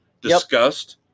discussed